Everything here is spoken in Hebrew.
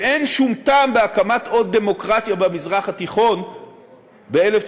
ואין שום טעם בהקמת עוד דמוקרטיה במזרח התיכון ב-1948,